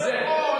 זה נכון,